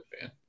fan